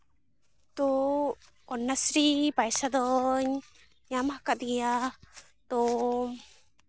ᱛᱚ ᱠᱚᱱᱱᱟᱥᱨᱤ ᱯᱚᱭᱥᱟ ᱫᱚᱧ ᱧᱟᱢ ᱠᱟᱫᱮᱭᱟ ᱛᱚ